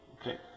Okay